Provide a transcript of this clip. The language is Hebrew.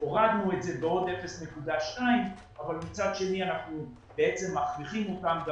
הורדנו את זה בעוד 0.2 אבל מצד שני אנחנו בעצם מכריחים אותם גם